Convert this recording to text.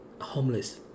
homeless